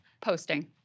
posting